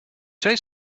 say